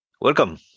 Welcome